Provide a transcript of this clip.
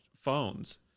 phones